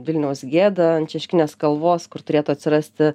vilniaus gėdą ant šeškinės kalvos kur turėtų atsirasti